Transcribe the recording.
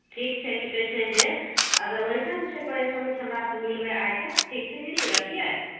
ठीक छै की कहै छै जे अगर ओइसन छै परेशानी तऽ हमरा सऽ मिलबै आइके ठीक छै दीदी रखियै